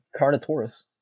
Carnotaurus